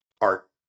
art